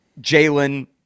Jalen